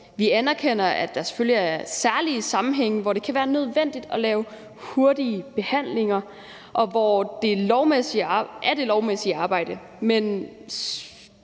Vi anerkender, at der selvfølgelig er særlige sammenhænge, hvor det kan være nødvendigt at lave hurtige behandlinger i det lovmæssige arbejde, men